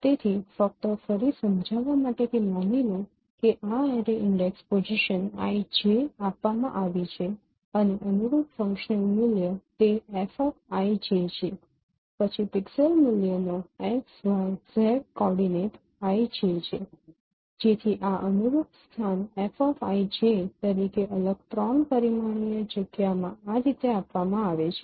તેથી ફક્ત ફરી સમજાવવા માટે કે માની લો કે આ array index position i j આપવામાં આવી છે અને અનુરૂપ ફંક્શનલ મૂલ્ય તે f i j છે પછી પિક્સેલ મૂલ્યનો x y z coordinate i j છે જેથી આ અનુરૂપ સ્થાન fi j તરીકે અલગ ૩ પરિમાણીય જગ્યામાં આ રીતે આપવામાં આવે છે